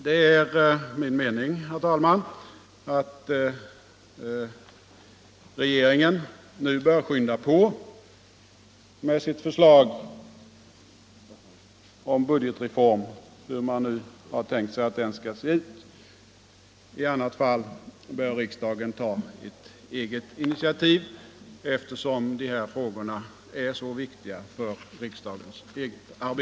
Det är min mening, herr talman, att regeringen nu bör skynda på med sitt förslag om budgetreform, hur man nu tänkt sig att den skall se ut. I annat fall bör riksdagen ta ett eget initiativ, eftersom de här frågorna är så viktiga för riksdagens eget arbete.